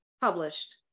published